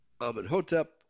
Amenhotep